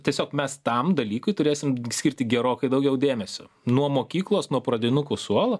tiesiog mes tam dalykui turėsim skirti gerokai daugiau dėmesio nuo mokyklos nuo pradinukų suolo